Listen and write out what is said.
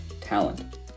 talent